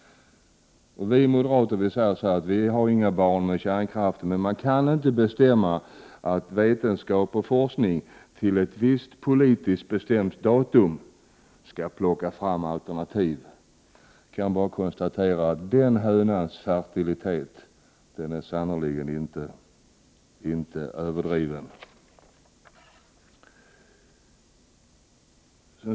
Vi moderater säger att vi inte har några barn med kärnkraften, men man kan inte bestämma att vetenskap och forskning till ett visst politiskt bestämt datum skall plocka fram alternativ. Jag kan bara konstatera att den hönans fertilitet sannerligen inte är överdriven.